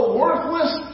worthless